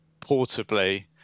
portably